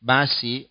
Basi